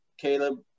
Caleb